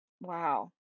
Wow